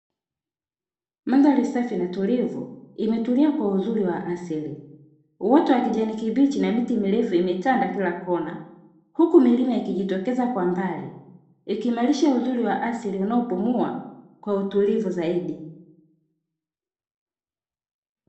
Eneo safi linautulivu limetulia kwa uzuri wa asili wote wa kijani kibichi na miti mirefu imetanda kila kona, huku mengine ikijitokeza kwa mbali ikiimarisha uzuri wa asili unaopumua kwa utulivu zaidi.